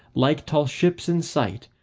like tall ships in sight,